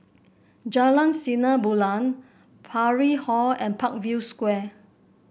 Jalan Sinar Bulan Parry Hall and Parkview Square